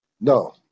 No